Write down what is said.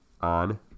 on